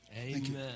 Amen